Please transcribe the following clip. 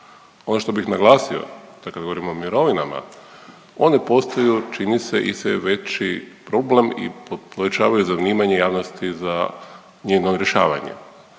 Ono što bih naglasio da kad govorimo o mirovinama one postaju čini se i sve veći problem i povećavaju zanimanje javnosti za njegovo rješavanje.